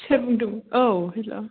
सोर बुंदों औ हेल'